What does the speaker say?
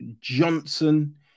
Johnson